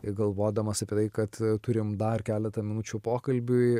galvodamas apie tai kad turim dar keletą minučių pokalbiui